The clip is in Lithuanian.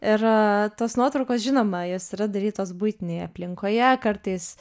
ir tos nuotraukos žinoma jos yra darytos buitinėj aplinkoje kartais